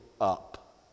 up